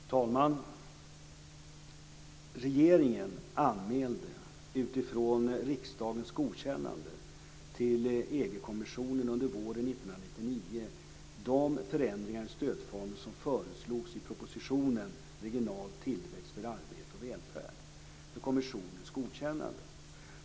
Fru talman! Regeringen anmälde utifrån riksdagens godkännande till EG-kommissionen under våren 1999 de förändringar i stödformer som föreslogs i propositionen Regional tillväxt - för arbete och välfärd för kommissionens godkännande.